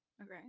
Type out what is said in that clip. Okay